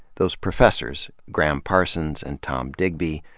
those professors, graham parsons and tom digby,